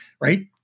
right